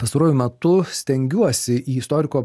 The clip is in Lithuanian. pastaruoju metu stengiuosi į istoriko